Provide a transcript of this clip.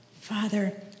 Father